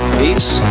peace